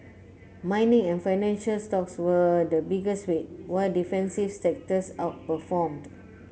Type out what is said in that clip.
mining and financial stocks were the biggest weight while defensive sectors outperformed